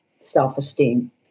self-esteem